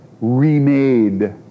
remade